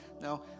No